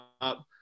up